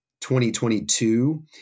2022